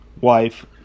wife